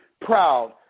proud